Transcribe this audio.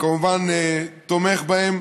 וכמובן תומך בהן.